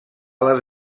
les